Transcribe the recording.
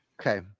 Okay